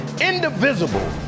indivisible